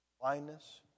blindness